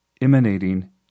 emanating